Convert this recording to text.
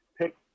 pick